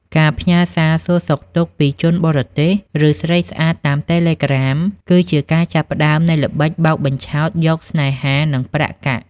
ការផ្ញើសារសួរសុខទុក្ខពី "ជនបរទេស" ឬ "ស្រីស្អាត" តាម Telegram គឺជាការចាប់ផ្តើមនៃល្បិចបោកបញ្ឆោតយកស្នេហា និងប្រាក់កាក់។